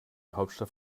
hauptstadt